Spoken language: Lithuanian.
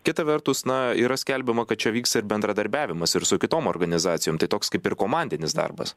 kita vertus na yra skelbiama kad čia vyks ir bendradarbiavimas ir su kitom organizacijom tai toks kaip ir komandinis darbas